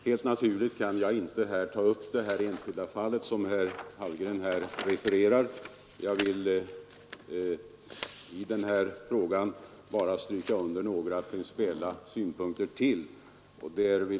Helt naturligt kan jag inte här ta upp det enskilda fall som herr Hallgren refererar, men jag vill lägga till några principiella synpunkter.